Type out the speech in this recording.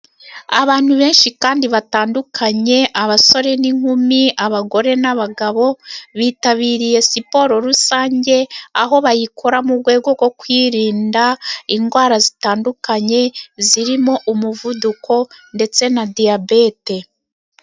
Abantu benshi kandi batandukanye abasore n'inkumi, abagore n 'abagabo. Bitabiriye siporo rusange aho bayikora mu rwego rwo kwirinda indwara zitandukanye, zirimo umuvuduko ndetse na diyabete.